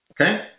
Okay